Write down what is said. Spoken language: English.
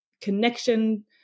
connection